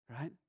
right